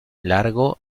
largo